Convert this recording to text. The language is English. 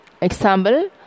example